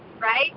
right